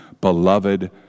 beloved